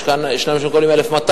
יש שמקבלים 1,200,